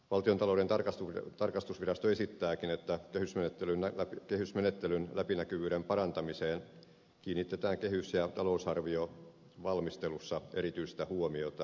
valtiontalouden tarkastusvirasto esittääkin että kehysmenettelyn läpinäkyvyyden parantamiseen kiinnitetään kehys ja talousarviovalmistelussa erityistä huomiota